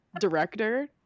director